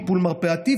טיפול מרפאתי,